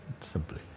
simply